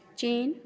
China